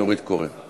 נורית קורן.